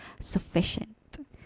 sufficient